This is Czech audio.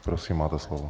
Prosím, máte slovo.